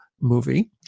movie